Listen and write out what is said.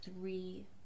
three